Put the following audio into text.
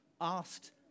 asked